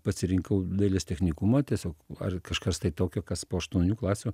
pasirinkau dailės technikumą tiesiog ar kažkas tokio kas po aštuonių klasių